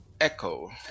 Echo